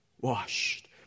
washed